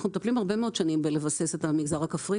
אנחנו מטפלים הרבה מאוד שנים בביסוס של המגזר הכפרי,